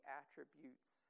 attributes